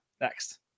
next